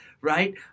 right